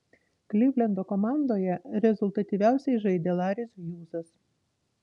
klivlendo komandoje rezultatyviausiai žaidė laris hjūzas